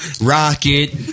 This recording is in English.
Rocket